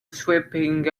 sweeping